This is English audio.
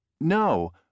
No